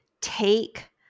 take